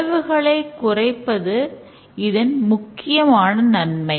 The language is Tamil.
செலவுகளை குறைப்பது இதன் முக்கியமான நன்மை